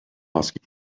asking